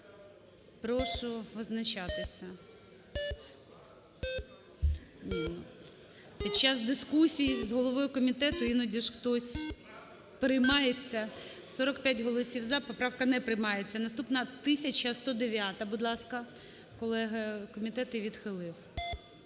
Прошу визначатися. Під час дискусії з головою комітету іноді ж хтось переймається… 17:41:56 За-45 45 голосів "за". Поправка не приймається. Наступна 1009, будь ласка, колеги, комітет її відхилив.